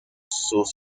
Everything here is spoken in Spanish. sus